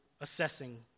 assessing